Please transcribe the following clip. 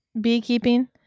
beekeeping